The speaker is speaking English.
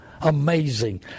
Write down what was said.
Amazing